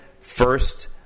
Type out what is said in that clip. First